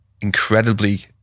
incredibly